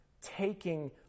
taking